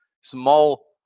small